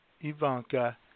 Ivanka